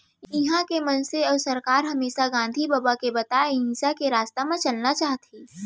इहॉं के मनसे अउ सरकार हमेसा गांधी बबा के बताए अहिंसा के रस्ता म चलना चाहथें